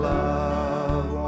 love